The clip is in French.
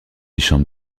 chambre